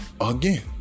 again